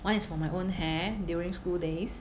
one is for my own hair during school days